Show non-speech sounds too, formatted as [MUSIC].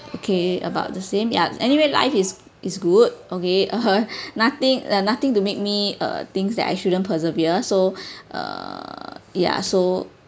okay about the same ya anyway life is is good okay uh [BREATH] nothing uh nothing to make me uh things that I shouldn't persevere so [BREATH] err ya so